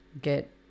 get